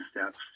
steps